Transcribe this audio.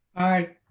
aye,